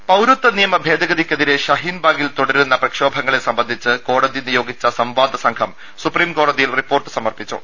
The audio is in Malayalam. ടെട്ടി പൌരത്വ നിയമഭേദഗതിക്കെതിരെ ശഹീൻബാഗിൽ തുടരുന്ന പ്രക്ഷോഭങ്ങളെ സംബന്ധിച്ച് കോടതി നിയോഗിച്ച സംവാദസംഘം സുപ്രീംകോടതിയിൽ റിപ്പോർട്ട് സമർപ്പിച്ചു